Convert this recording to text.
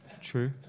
True